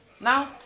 Now